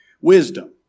Wisdom